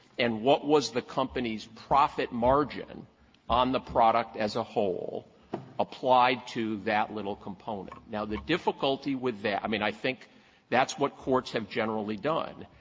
and what was the company's profit margin on the product as a whole applied to that little component? now, the difficulty with that i mean, i think that's what courts have generally done.